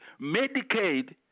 Medicaid